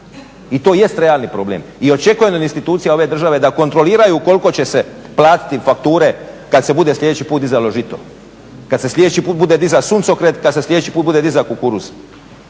i to jest realni problem i očekujem od institucija ove države da kontroliraju koliko će se platiti fakture kad se bude sljedeći put dizalo žito, kad se sljedeći put bude dizao suncokret, kad se sljedeći put bude dizao kukuruz.